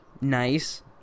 nice